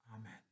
Amen